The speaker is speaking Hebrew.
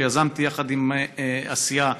שיזמתי יחד עם הסיעה,